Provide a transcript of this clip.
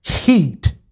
heat